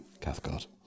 Cathcart